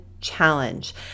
challenge